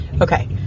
Okay